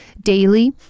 daily